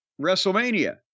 WrestleMania